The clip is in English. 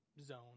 zone